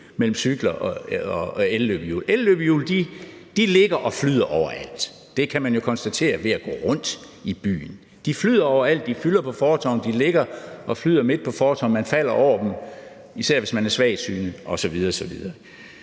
mellem cykler og elløbehjul. Elløbehjul ligger og flyder overalt – det kan man jo konstatere ved at gå rundt i byen. De flyder overalt, de fylder på fortovene, de ligger og flyder midt på fortovet, så man falder over dem, især hvis man er svagsynet, osv. osv.